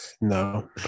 No